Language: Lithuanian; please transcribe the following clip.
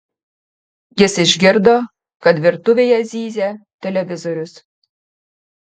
jis išgirdo kad virtuvėje zyzia televizorius